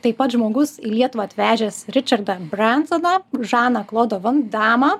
taip pat žmogus į lietuvą atvežęs ričardą brensoną žaną klodą van damą